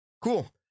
Cool